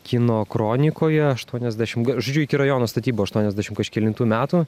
kino kronikoje aštuoniasdešim žodžiu iki rajono statybų aštuoniasdešim kažkelintų metų